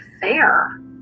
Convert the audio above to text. fair